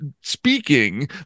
speaking